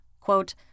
Quote